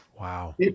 Wow